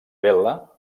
bella